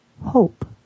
hope